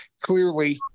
clearly